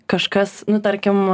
kažkas nu tarkim